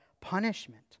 punishment